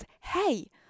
Hey